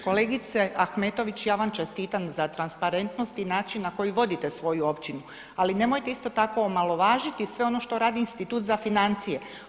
Kolegice Ahmetović, ja vam čestitam za transparentnost i način na koji vodite svoju općinu, ali nemojte isto tako omalovažiti sve ono što radi Institut za financije.